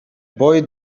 boy